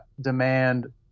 demand